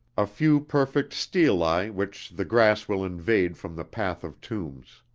a few perfect stelae which the grass will invade from the path of tombs.